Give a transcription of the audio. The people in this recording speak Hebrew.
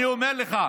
אני אומר לך: